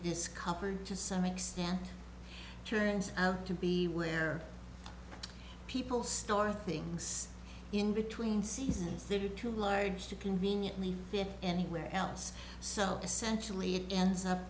it is copper to some extent turns out to be where people store things in between seasons there are too large to conveniently fit anywhere else so essentially it ends up